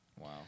Wow